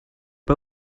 pas